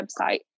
website